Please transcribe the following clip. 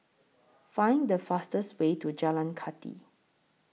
Find The fastest Way to Jalan Kathi